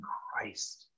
Christ